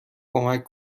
کمک